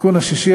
התיקון השישי,